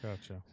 Gotcha